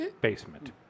basement